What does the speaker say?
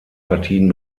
partien